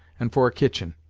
and for a kitchen.